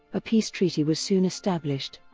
a peace treaty was soon established.